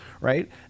right